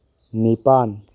ꯅꯤꯄꯥꯜ